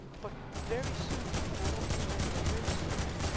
but very soon, and i don't know when, but very soon,